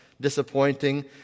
disappointing